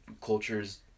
Cultures